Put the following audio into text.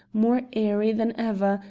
more airy than ever,